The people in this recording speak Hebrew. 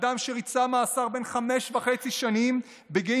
אדם שריצה מאסר של חמש וחצי שנים בגין